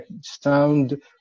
sound